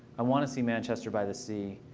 i want to see manchester by the sea.